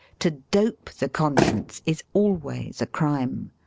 to dope the conscience is always a crime,